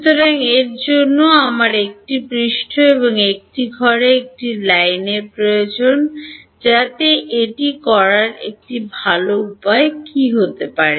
সুতরাং এর জন্য আমার একটি পৃষ্ঠ এবং এটি ঘিরে একটি লাইন প্রয়োজন যাতে এটি করার ভাল উপায় কী হতে পারে